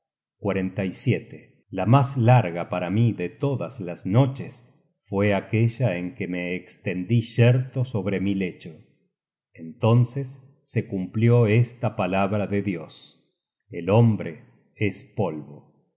la mas larga para mí de todas las noches fue aquella en que me estendí yerto sobre mi lecho entonces se cumplió esta palabra de dios el hombre es polvo